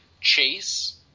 chase